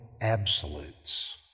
absolutes